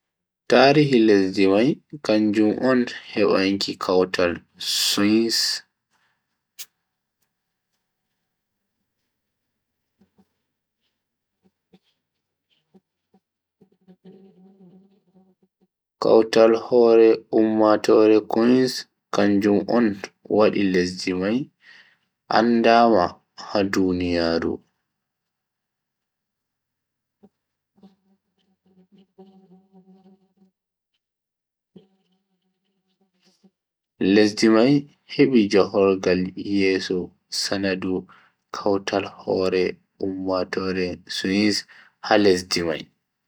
Tarihi lesdi mai kanjum on hebanki kautal swiss. kautal hoore ummatoore swiss kanjum on wadi lesdi mai andaama ha duniyaaru. lesdi mai hebi jahogal yeso sanadu kautal hoore ummatoore swiss ha lesdi mai.